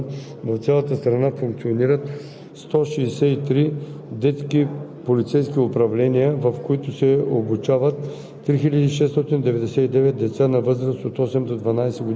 и НПО-та в изпълнението на националните програми, свързани с детското противоправно поведение и закрилата на децата. През 2019 г. в цялата страна функционират